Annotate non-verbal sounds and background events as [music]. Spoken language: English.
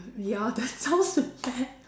ya that [laughs] sounds so bad [laughs]